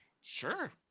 Sure